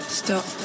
stop